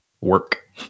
work